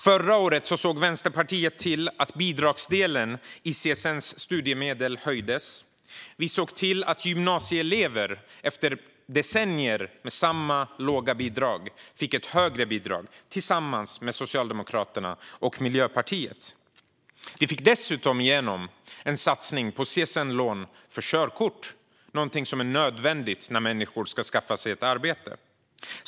Förra året såg Vänsterpartiet till att bidragsdelen i CSN:s studiemedel höjdes. Vi såg till att gymnasieelever efter decennier med samma låga bidrag fick ett högre bidrag. Det gjorde vi tillsammans med Socialdemokraterna och Miljöpartiet. Vi fick dessutom igenom en satsning på CSN-lån för körkort som är nödvändigt när människor ska skaffa sig ett arbete.